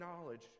knowledge